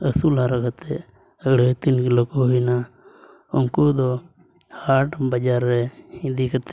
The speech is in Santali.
ᱟᱹᱥᱩᱞ ᱦᱟᱨᱟ ᱠᱟᱛᱮᱫ ᱟᱹᱲᱟᱹᱭ ᱛᱤᱱ ᱠᱤᱞᱳ ᱠᱚ ᱦᱩᱭᱮᱱᱟ ᱩᱱᱠᱩ ᱫᱚ ᱦᱟᱴ ᱵᱟᱡᱟᱨ ᱨᱮ ᱤᱫᱤ ᱠᱟᱛᱮᱫ